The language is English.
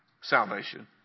salvation